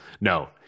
No